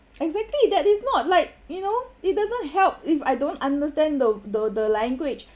exactly that is not like you know it doesn't help if I don't understand the w~ the the language